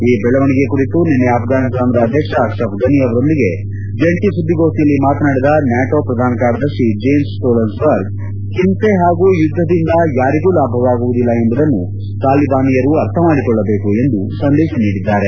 ಈ ಬೆಳವಣಿಗೆ ಕುರಿತು ನಿನ್ನೆ ಆಫ್ರಾನಿಸ್ತಾನದ ಅಧ್ಯಕ್ಷ ಅಶ್ರಫ್ ಫನಿ ಅವರೊಂದಿಗೆ ಜಂಟ ಸುದ್ದಿಗೋಷ್ಠಿಯಲ್ಲಿ ಮಾತನಾಡಿದ ನ್ಯಾಟೊ ಪ್ರಧಾನ ಕಾರ್ಯದರ್ಶಿ ಜೆನ್ಸ್ ಸ್ಟೊಲ್ಟನ್ಬರ್ಗ್ ಹಿಂಸೆ ಹಾಗೂ ಯುದ್ದದಿಂದ ಯಾರಿಗೂ ಲಾಭವಾಗುವುದಿಲ್ಲ ಎಂಬುದನ್ನು ತಾಲಿಬಾನಿಯರು ಅರ್ಥ ಮಾಡಿಕೊಳ್ಳಬೇಕು ಎಂದು ಸಂದೇಶ ನೀಡಿದ್ದಾರೆ